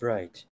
Right